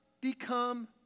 become